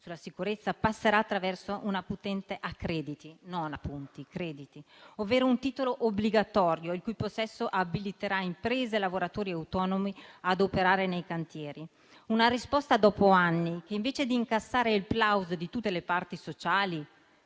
sulla sicurezza, si passerà attraverso una patente a crediti (non a punti, ma a crediti), ovvero un titolo obbligatorio il cui possesso abiliterà imprese e lavoratori autonomi a operare nei cantieri. È una risposta dopo anni che, invece di incassare il plauso di tutte le parti sociali